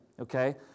okay